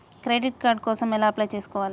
Credit card కోసం ఎలా apply చేసుకోవాలి?